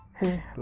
hey